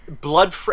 Blood